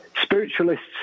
spiritualists